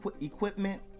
equipment